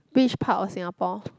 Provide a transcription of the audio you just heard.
which part of Singapore